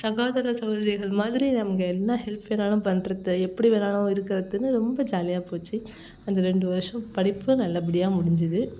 சகோதர சகோதரிகள் மாதிரி நமக்கு என்ன ஹெல்ப் வேணாலும் பண்றத எப்படி வேணாலும் இருக்கிறதுன்னு ரொம்ப ஜாலியாக போச்சு அந்த ரெண்டு வருஷம் படிப்பும் நல்லபடியாக முடிஞ்சது